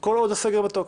כל עוד הסגר בתוקף.